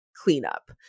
cleanup